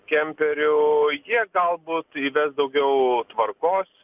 kemperių jie galbūt įves daugiau tvarkos